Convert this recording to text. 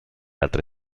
altre